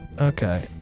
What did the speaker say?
Okay